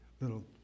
little